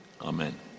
Amen